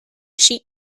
sheet